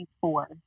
four